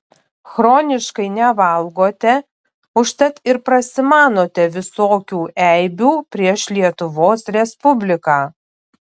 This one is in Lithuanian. chroniškai nevalgote užtat ir prasimanote visokių eibių prieš lietuvos respubliką